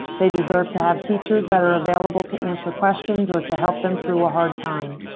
they deserve to have teachers that are available to answer questions or to help them through a hard time.